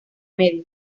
medio